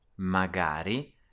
magari